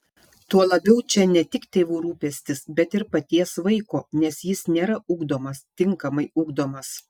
tuo labiau čia ne tik tėvų rūpestis bet ir paties vaiko nes jis nėra ugdomas tinkamai ugdomas